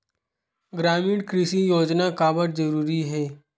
ग्रामीण कृषि योजना काबर जरूरी हे?